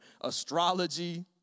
astrology